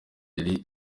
yari